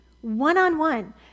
One-on-one